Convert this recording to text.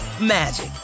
magic